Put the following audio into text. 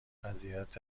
وضعیت